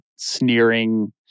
sneering